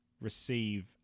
receive